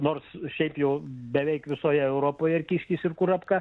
nors šiaip jau beveik visoje europoje ir kiškis ir kurapka